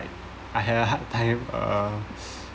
I had a hard time uh